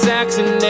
Saxon